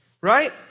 right